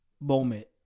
moment